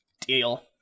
Deal